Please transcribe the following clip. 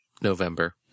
November